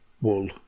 wool